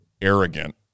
arrogant